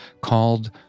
called